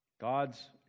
God's